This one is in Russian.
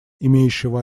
имеющего